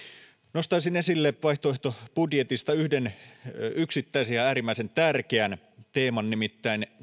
nostaisin esille vaihtoehtobudjetista yhden yksittäisen ja äärimmäisen tärkeän teeman nimittäin